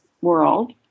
world